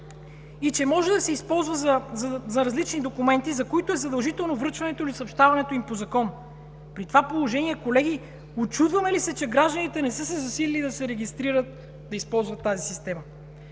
и че може да се използва за различни документи, за които е задължително връчването или съобщаването им по закон. При това положение, колеги, учудваме ли се, че гражданите не са се засилили да се регистрират да използват тази система?